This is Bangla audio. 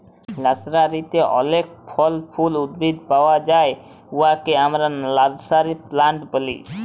লার্সারিতে অলেক ফল ফুলের উদ্ভিদ পাউয়া যায় উয়াকে আমরা লার্সারি প্লান্ট ব্যলি